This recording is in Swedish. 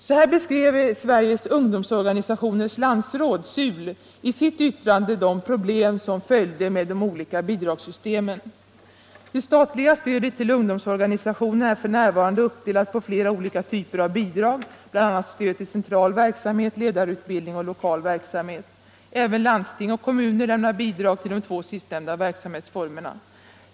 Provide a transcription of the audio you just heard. Så här beskrev Sveriges ungdomsorganisationers landsråd, SUL, i sitt yttrande de problem som följde med de olika bidragssystemen: "Det statliga stödet till ungdomsorganisationerna är för närvarande uppdelat på flera olika typer av bidrag, bl.a. stöd till central verksamhet, ledarutbildning och lokal verksamhet. Även landsting och kommuner lämnar bidrag till de två sistnämnda verksamhetsformerna.